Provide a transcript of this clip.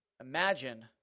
imagine